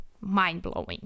mind-blowing